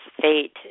fate